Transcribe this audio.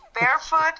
barefoot